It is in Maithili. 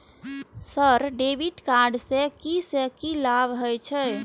सर डेबिट कार्ड से की से की लाभ हे छे?